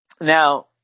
Now